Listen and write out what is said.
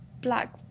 black